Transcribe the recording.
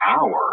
hour